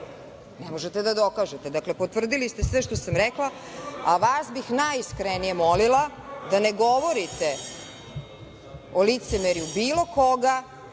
Ne možete da dokažete. Dakle, potvrdili ste sve što sam rekla, a vas bih najiskrenije molila da ne govorite o licemerju bilo koga